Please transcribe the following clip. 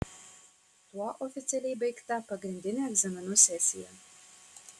tuo oficialiai baigta pagrindinė egzaminų sesija